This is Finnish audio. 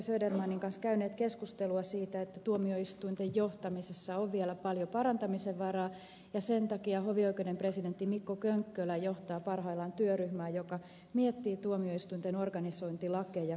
södermanin kanssa käyneet keskustelua siitä että tuomioistuinten johtamisessa on vielä paljon parantamisen varaa ja sen takia hovioikeuden presidentti mikko könkkölä johtaa parhaillaan työryhmää joka miettii tuomioistuinten organisointilakeja kokonaisuudessaan